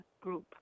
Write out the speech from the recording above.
group